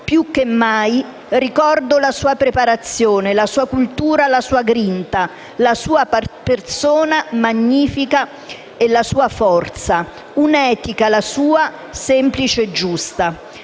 più che mai, ricordo la sua preparazione, la sua cultura e la sua grinta, la sua persona magnifica e la sua forza; un'etica, la sua, semplice e giusta.